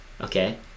Okay